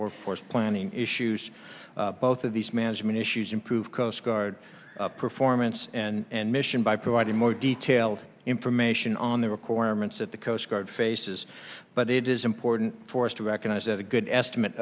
workforce planning issues both of these management issues improve coast guard performance and mission by providing more detailed information on the recorder ment's that the coast guard faces but it is important for us to recognize that a good estimate